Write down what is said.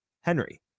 Henry